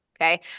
Okay